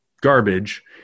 garbage